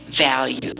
value